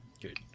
Good